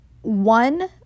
one